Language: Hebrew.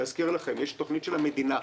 להזכיר לכם, יש תוכנית של המדינה,